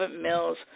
Mills